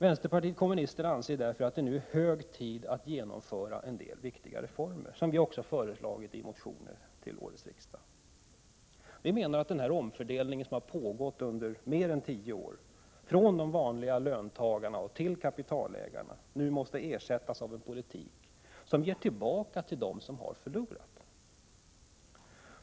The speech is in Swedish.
Vänsterpartiet kommunisterna anser därför att det nu är hög tid att genomföra en del viktiga reformer, som vi har föreslagit i motioner till årets riksdag. Vi menar att den omfördelning som har pågått under mer än tio år från de vanliga löntagarna till kapitalägarna nu måste ersättas av en politik som ger tillbaka till dem som har förlorat.